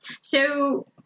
so-